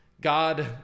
god